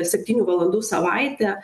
septynių valandų savaitę